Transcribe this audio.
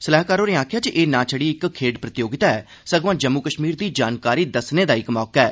सलाहकार होरें आखेआ जे एह् ना छड़ी इक खेड्ढ प्रतियोगिता ऐ सगुआं एह् जम्मू कश्मीर दी जानकारी दस्सने दा इक मौका ऐ